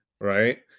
right